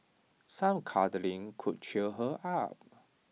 some cuddling could cheer her up